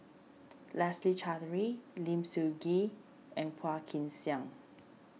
Leslie Charteris Lim Sun Gee and Phua Kin Siang